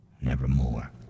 Nevermore